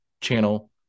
channel